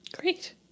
Great